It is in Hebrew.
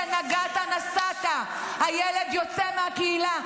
זה נגעת נסעת: הילד יוצא מהקהילה,